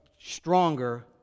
stronger